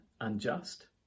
unjust